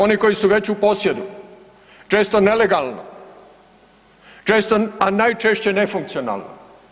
Oni koji su već u posjedu, često nelegalno, a najčešće nefunkcionalno.